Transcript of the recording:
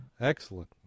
Excellent